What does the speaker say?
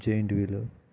giant వీలు